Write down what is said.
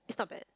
it's not bad